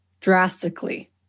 drastically